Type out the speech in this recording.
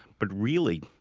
but really,